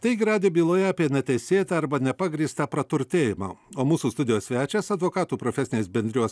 taigi radijo byloje apie neteisėtą arba nepagrįstą praturtėjimą o mūsų studijos svečias advokatų profesinės bendrijos